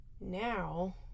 now